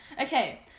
Okay